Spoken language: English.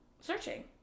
Searching